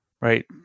Right